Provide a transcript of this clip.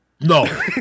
No